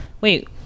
wait